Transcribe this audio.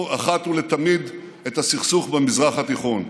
אחת ולתמיד את הסכסוך במזרח התיכון.